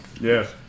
yes